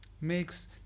makes